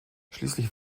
schließlich